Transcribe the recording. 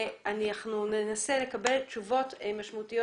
אנחנו ננסה לקבל תשובות משמעותיות